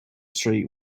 street